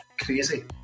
crazy